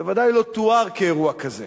בוודאי לא תואר כאירוע כזה.